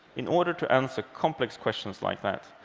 in order to answer complex questions like that,